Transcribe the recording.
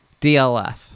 DLF